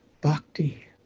bhakti